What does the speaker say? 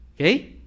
okay